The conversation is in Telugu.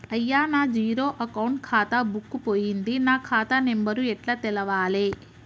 అయ్యా నా జీరో అకౌంట్ ఖాతా బుక్కు పోయింది నా ఖాతా నెంబరు ఎట్ల తెలవాలే?